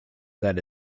that